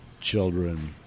children